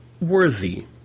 worthy